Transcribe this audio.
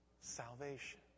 salvation